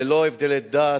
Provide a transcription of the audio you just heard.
ללא הבדלי דת,